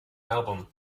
album